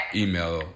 email